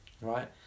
Right